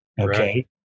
Okay